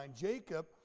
Jacob